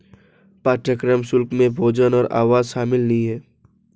पाठ्यक्रम शुल्क में भोजन और आवास शामिल नहीं है